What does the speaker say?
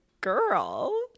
girl